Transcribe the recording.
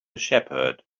shepherd